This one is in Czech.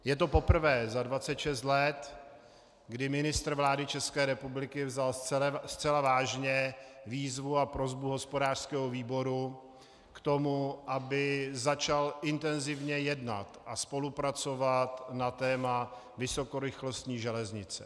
Je to poprvé za 26 let, kdy ministr vlády ČR vzal zcela vážně výzvu a prosbu hospodářského výboru k tomu, aby začal intenzivně jednat a spolupracovat na téma vysokorychlostní železnice.